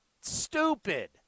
Stupid